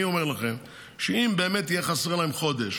אני אומר לכם שאם באמת יהיה חסר להם חודש